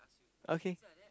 okay